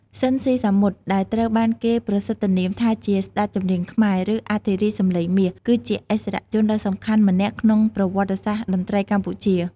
ស៊ីន ស៊ីសាមុត ដែលត្រូវបានគេប្រសិទ្ធនាមថាជា ស្ដេចចម្រៀងខ្មែរ ឬ អធិរាជសម្លេងមាស គឺជាឥស្សរជនដ៏សំខាន់ម្នាក់ក្នុងប្រវត្តិសាស្ត្រតន្ត្រីកម្ពុជា ។